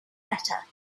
better